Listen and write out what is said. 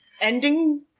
ending